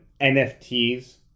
NFTs